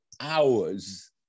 hours